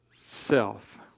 self